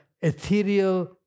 ethereal